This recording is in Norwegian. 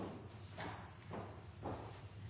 Ja